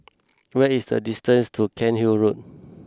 where is the distance to Cairnhill Road